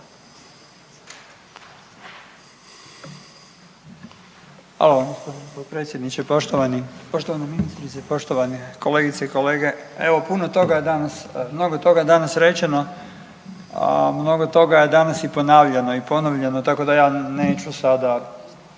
Hvala vam potpredsjedniče, poštovana ministrice, poštovani kolegice i kolege. Evo puno toga danas, mnogo toga danas rečeno, mnogo toga je danas i ponavljano i ponovljeno tako da ja neću sada